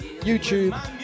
YouTube